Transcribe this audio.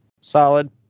Solid